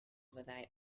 fyddai